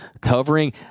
covering